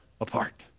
apart